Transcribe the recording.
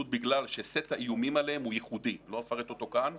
בגלל שסט האיומים עליהם הוא ייחודי לא אפרט אותו כאן,